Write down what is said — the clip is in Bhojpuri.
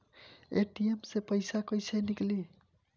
ए.टी.एम से पइसा कइसे निकली?